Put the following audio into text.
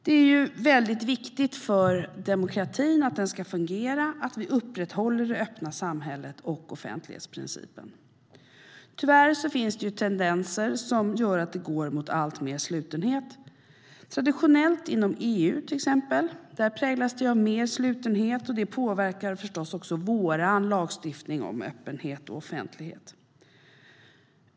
För att demokratin ska fungera är det väldigt viktigt att vi upprätthåller det öppna samhället och offentlighetsprincipen. Tyvärr finns det tendenser som gör att det går mot alltmer slutenhet. Traditionellt präglas till exempel EU av mer slutenhet, och det påverkar förstås också vår lagstiftning om öppenhet och offentlighet.